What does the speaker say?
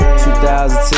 2010